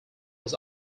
was